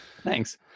Thanks